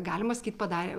galima sakyt padarė